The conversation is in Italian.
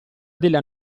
della